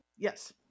Yes